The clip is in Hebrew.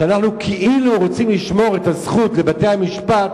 שאנחנו כאילו רוצים לשמור את הזכות לבתי-המשפט,